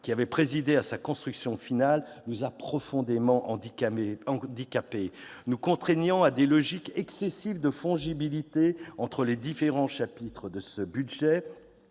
qui avait présidé à sa construction finale nous a profondément handicapés, nous contraignant à des logiques excessives de fongibilité entre les différents chapitres de ce cadre